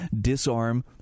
disarm